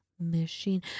machine